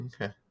okay